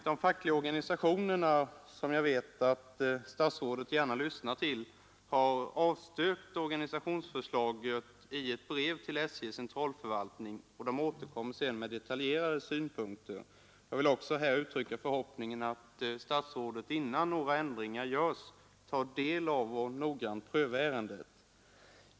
De fackliga organisationerna, som jag vet att statsrådet gärna lyssnar till, har i brev till SJ:s centralförvaltning avstyrkt organisationsförslaget. De återkommer sedan med detaljerade synpunkter. Jag vill här också uttrycka förhoppningen att statsrådet, innan några ändringar görs, tar del av och noggrant prövar ärendet.